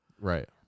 Right